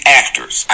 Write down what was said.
actors